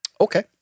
Okay